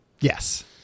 Yes